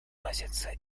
относится